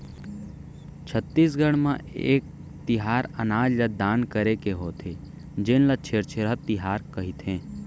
छत्तीसगढ़ म एक तिहार अनाज ल दान करे के होथे जेन ल छेरछेरा तिहार कहिथे